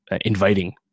inviting